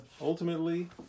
ultimately